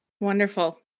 Wonderful